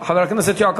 תודה לחבר הכנסת נחמן